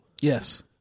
Yes